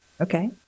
Okay